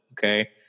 okay